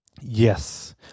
yes